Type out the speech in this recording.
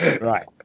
Right